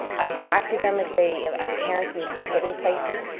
i taxi them if they, ah if parents need help getting places.